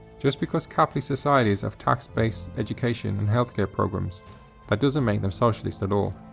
just because capitalist societies have tax based education and healthcare programs that doesn't make them socialists at all.